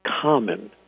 common